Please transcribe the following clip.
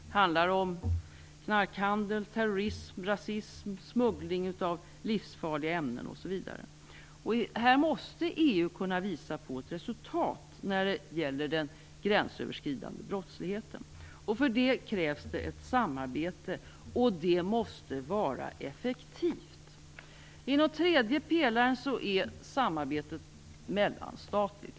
Det handlar om knarkhandel, terrorism, rasism, smuggling av livsfarliga ämnen osv. EU måste kunna visa på ett resultat när det gäller den gränsöverskridande brottsligheten. För det krävs ett samarbete, och samarbetet måste vara effektivt. Inom tredje pelaren är samarbetet mellanstatligt.